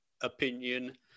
opinion